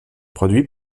produit